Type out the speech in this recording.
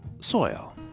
soil